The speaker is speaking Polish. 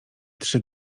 trzy